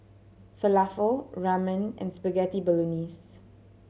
Falafel Ramen and Spaghetti Bolognese